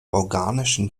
organischen